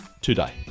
today